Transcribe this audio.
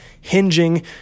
hinging